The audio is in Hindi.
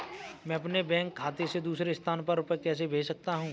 मैं अपने बैंक खाते से दूसरे स्थान पर रुपए कैसे भेज सकता हूँ?